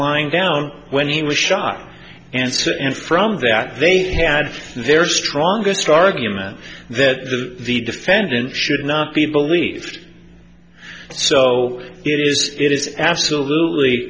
lying down when he was shot and so and from that they had their strongest argument that the defendant should not be believed so it is absolutely